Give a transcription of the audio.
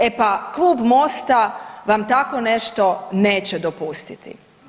E pa klub Mosta vam tako nešto neće dopustiti.